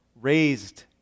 raised